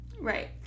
Right